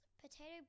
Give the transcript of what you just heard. Potato